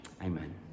Amen